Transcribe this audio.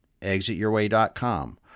ExitYourWay.com